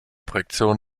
projektion